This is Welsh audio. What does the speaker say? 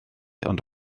ond